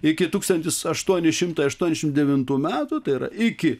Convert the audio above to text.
iki tūkstantis aštuoni šimtai aštuoniasdešimt devintų metų tai yra iki